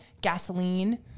gasoline